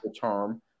term